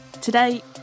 Today